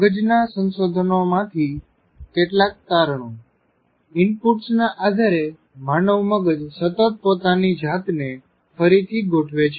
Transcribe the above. મગજના સંશોધનોમાંથી કેટલાક તારણો ઇનપુટ્સ ના આધારે માનવ મગજ સતત પોતાની જાત ને ફરીથી ગોઠવે છે